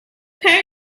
pay